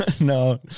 No